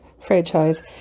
franchise